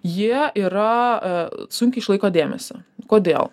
jie yra sunkiai išlaiko dėmesį kodėl